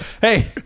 hey